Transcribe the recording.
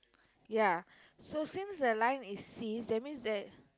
ya so since the line is ceased that means that